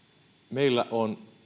meillä on